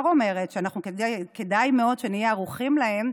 אומרת שכדאי מאוד שנהיה ערוכים להן.